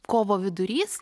kovo vidurys